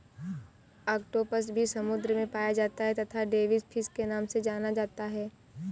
octopus भी समुद्र में पाया जाता है तथा डेविस फिश के नाम से जाना जाता है